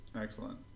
Excellent